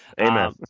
Amen